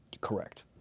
Correct